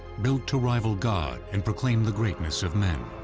built to rival god and proclaim the greatness of men.